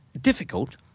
difficult